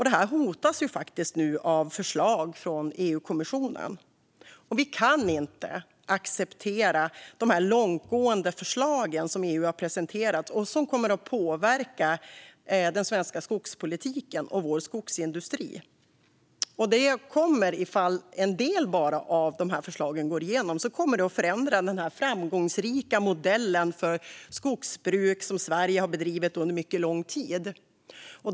Detta hotas nu av förslag från EU-kommissionen. Vi kan inte acceptera de långtgående förslag som EU har presenterat och som kommer att påverka den svenska skogspolitiken och vår skogsindustri. Om bara en del av dessa förslag går igenom kommer det att förändra den framgångsrika modell för skogsbruk som Sverige har använt under mycket lång tid.